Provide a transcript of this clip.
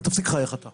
תפסיק לחייך, אתה.